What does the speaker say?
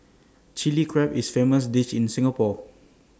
Chilli Crab is A famous dish in Singapore